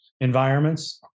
environments